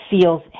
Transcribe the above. feels